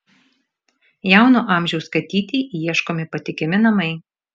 jauno amžiaus katytei ieškomi patikimi namai